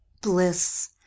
Bliss